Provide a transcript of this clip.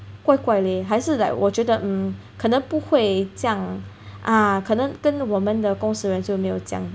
还是 like 我觉得 mm 可能不会这样 ah 可能跟我们的公司人就没有这样